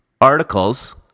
articles